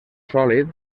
sòlid